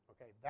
Okay